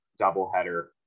doubleheader